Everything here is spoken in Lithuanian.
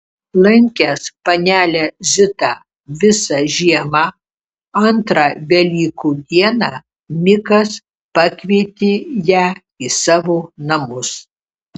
lankęs panelę zitą visą žiemą antrą velykų dieną mikas pakvietė ją į savo namus